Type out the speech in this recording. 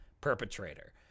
perpetrator